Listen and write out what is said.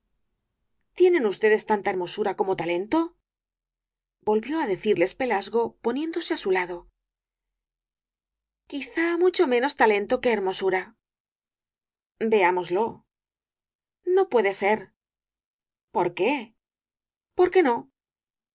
tienen ustedes tanta hermosura como talento volvió á decirles pelasgo poniéndose á su lado quizá mucho menos talento que hermosura veámoslo no puede ser por qué porque no y